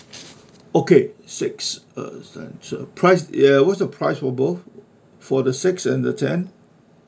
okay six uh price ya what's the price for both for the six and the ten